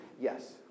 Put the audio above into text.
Yes